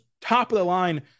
top-of-the-line